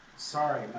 Sorry